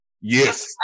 Yes